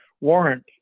warrant